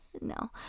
No